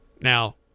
Now